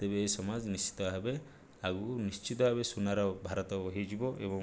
ତେବେ ଏଇ ସମାଜ ନିଶ୍ଚିତ ଭାବେ ଆଗକୁ ନିଶ୍ଚିତ ଭାବେ ସୁନାର ଭାରତ ହେଇଯିବ ଏବଂ